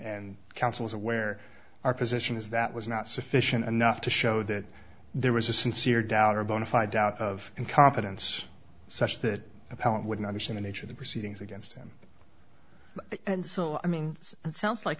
and counsel is aware our position is that was not sufficient enough to show that there was a sincere doubt or a bonafide out of incompetence such that appellant wouldn't understand the nature of the proceedings against him and so i mean it sounds like